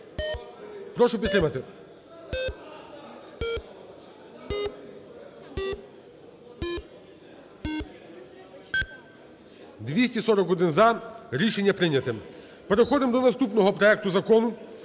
Прошу підтримати. 17:24:42 За-241 Рішення прийнято. Переходимо до наступного проекту Закону